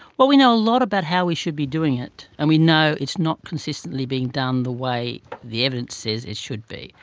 well, we know lot about how we should be doing it and we know it's not consistently being done the way the evidence says it should be.